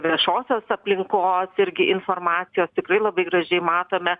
viešosios aplinkos irgi informacijos tikrai labai gražiai matome